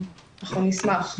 אנחנו נשמח.